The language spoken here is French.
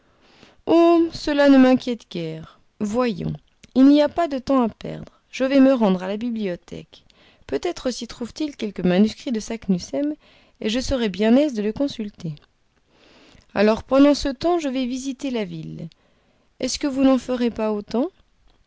cela ne m'inquiète guère voyons il n'y a pas de temps à perdre je vais me rendre à la bibliothèque peut-être s'y trouve-t-il quelque manuscrit de saknussemm et je serais bien aise de le consulter alors pendant ce temps je vais visiter la ville est-ce que vous n'en ferez pas autant